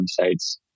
websites